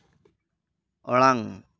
ᱚᱲᱟᱝ